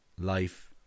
life